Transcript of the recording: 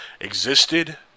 existed